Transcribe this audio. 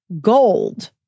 Gold